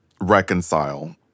reconcile